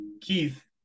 keith